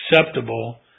acceptable